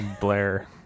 Blair